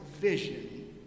vision